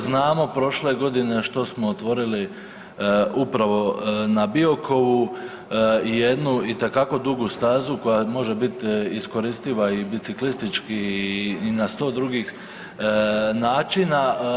Znamo prošle godine što smo otvorili upravo na Biokovu jednu i te kako dugu stazu koja može biti iskoristiva i biciklistički i na sto drugih načina.